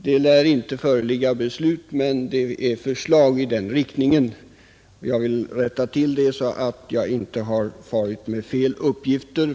Det lär inte föreligga beslut men det finns förslag i den riktningen, och jag vill rätta till detta, så att jag inte har farit med oriktiga uppgifter.